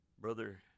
Brother